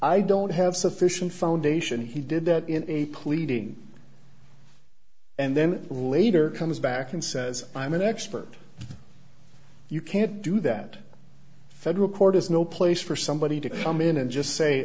i don't have sufficient foundation he did that in a pleading and then later comes back and says i'm an expert you can't do that federal court is no place for somebody to come in and just say